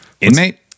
inmate